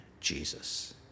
Jesus